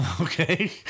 Okay